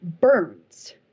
burns